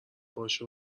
باشه